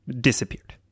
disappeared